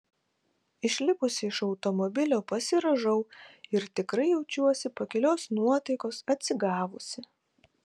išlipusi iš automobilio pasirąžau ir tikrai jaučiuosi pakilios nuotaikos atsigavusi